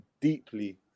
deeply